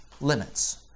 Limits